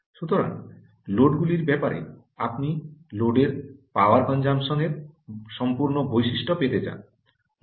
সুতরাং লোডগুলির ব্যাপারে আপনি লোডের পাওয়ার ব্যয় এর সম্পূর্ণ বৈশিষ্ট্য পেতে চান